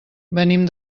venim